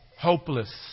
hopeless